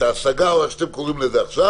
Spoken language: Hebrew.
את ההשגה או איך שאתם קוראים לו עכשיו,